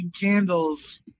Candles